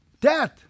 Death